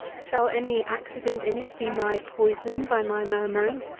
shall any accident in it be my poison by my murmuring?